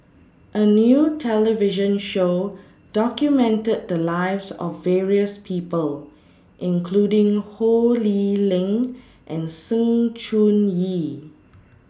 A New television Show documented The Lives of various People including Ho Lee Ling and Sng Choon Yee